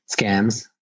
scams